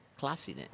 Classiness